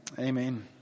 Amen